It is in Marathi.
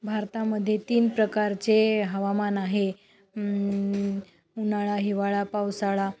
भारतामध्ये तीन प्रकारचे हवामान आहे उन्हाळा हिवाळा पावसाळा